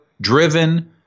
driven